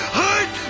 hurt